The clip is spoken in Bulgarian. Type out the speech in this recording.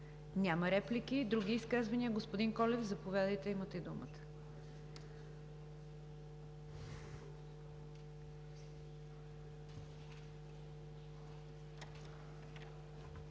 Няма реплики. Други изказвания? Господин Колев, заповядайте, имате думата.